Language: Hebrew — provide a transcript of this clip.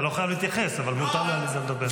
אתה לא חייב להתייחס, אבל מותר לעליזה לדבר.